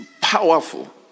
powerful